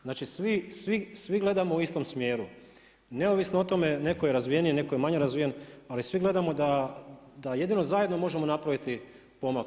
Znači svi gledamo u istom smjeru, neovisno o tome, netko je razvijeniji, netko je manje razvijen ali svi gledamo da jedino zajedno možemo napraviti pomak.